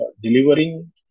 delivering